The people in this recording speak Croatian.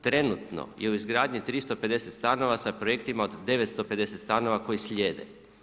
Trenutno je u izgradnji 350 stanova sa projektima od 950 stanova koji slijede.